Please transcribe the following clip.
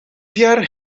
pierre